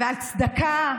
ועל צדקה,